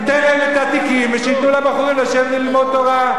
ניתן להם את התיקים ושייתנו לבחורים לשבת ללמוד תורה.